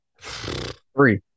Three